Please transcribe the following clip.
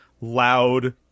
loud